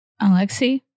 Alexei